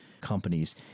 companies